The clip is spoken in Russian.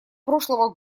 прошлого